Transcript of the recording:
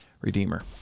redeemer